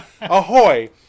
Ahoy